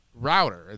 router